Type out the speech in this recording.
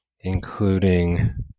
including